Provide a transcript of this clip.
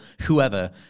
whoever